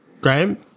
Graham